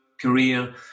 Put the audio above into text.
career